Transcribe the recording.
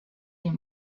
your